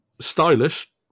stylish